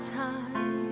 time